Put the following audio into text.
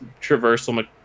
traversal